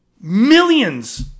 millions